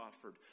offered